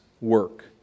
work